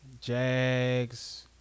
Jags